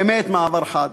באמת מעבר חד,